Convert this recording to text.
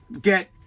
get